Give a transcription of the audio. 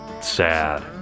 sad